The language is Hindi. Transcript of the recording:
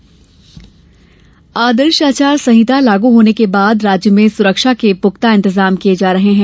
आदर्श आचार संहिता आदर्श आचार संहिता लागू होने के बाद राज्य में सुरक्षा के पुख्ता इंतजाम किये जा रहे हैं